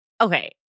Okay